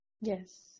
Yes